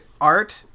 art